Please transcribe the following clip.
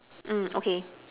mm okay